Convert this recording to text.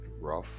rough